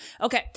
Okay